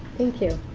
thank you.